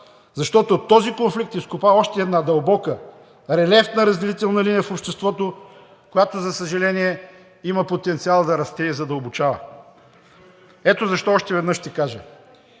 защото този конфликт изкопа още една дълбока, релефна разделителна линия в обществото, която, за съжаление, има потенциал да расте и да се задълбочава. Ето защо още веднъж ще кажа,